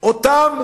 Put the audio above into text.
אותם